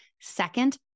Second